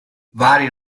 vari